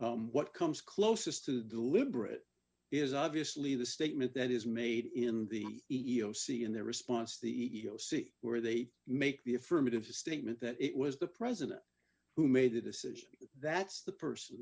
comes closest to deliberate is obviously the statement that is made in the e e o c in their response the e e o c where they make the affirmative statement that it was the president who made the decision that's the person